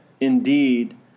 indeed